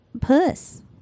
puss